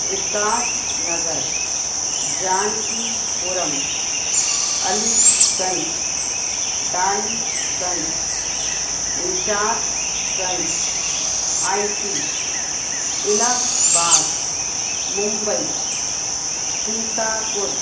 Vikasnagar Jankipuram Aliganj Daliganj Nishatganj I T Allahabad Mumbai Sitapur